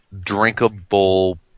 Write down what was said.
drinkable